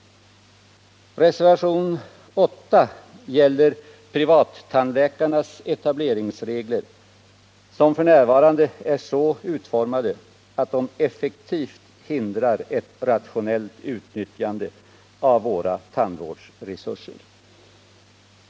Reservation 8 gäller etableringsreglerna för tandläkare som har privatpraktik. Dessa regler är f. n. så utformade att de effektivt hindrar ett rationellt utnyttjande av våra tandvårdsresurser.